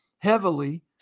heavily